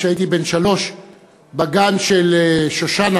כשהייתי בן שלוש בגן של שושנה,